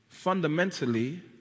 fundamentally